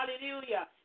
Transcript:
Hallelujah